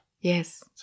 Yes